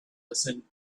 listen